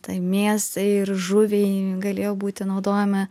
tai mėsai ir žuviai galėjo būti naudojami